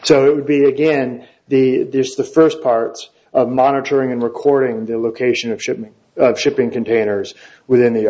so it would be again the first parts of monitoring and recording the location of shipment shipping containers within the